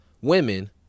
Women